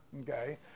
okay